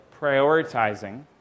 prioritizing